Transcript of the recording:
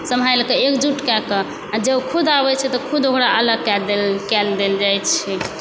सम्हालि कऽ एक जुट कए कऽ जँ खुद आबै छै तऽ खुद ओकरा अलग कए देल जाइ छै